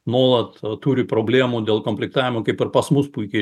nuolat turi problemų dėl komplikavo kaip ir pas mus puikiai